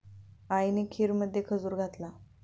आईने खीरमध्ये खजूर घातला